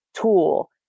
tool